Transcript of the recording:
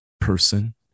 person